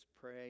pray